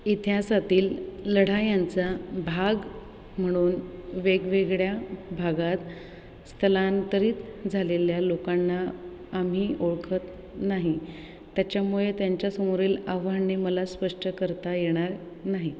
इतिहासातील लढायांचा भाग म्हणून वेगवेगळ्या भागात स्थलांतरित झालेल्या लोकांना आम्ही ओळखत नाही त्याच्यामुळे त्यांच्यासमोरील आव्हाने मला स्पष्ट करता येणार नाही